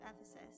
Ephesus